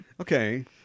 Okay